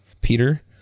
Peter